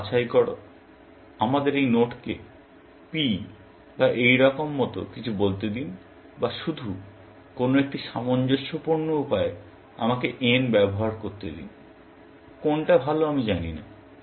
কিছু বাছাই কর আমাদের এই নোডকে p বা এইরকম মত কিছু বলতে দিন বা শুধু কোন একটি সামঞ্জস্যপূর্ণ উপায়ে আমাকে n ব্যবহার করতে দিন কোনটা ভালো আমি জানি না